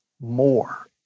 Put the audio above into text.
more